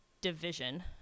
division